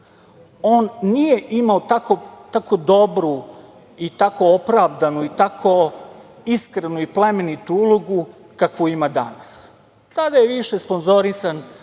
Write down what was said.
on nije imao tako dobru i tako opravdanu i toko iskrenu i plemenitu ulogu kakvu ima danas. Tada je više sponzorisan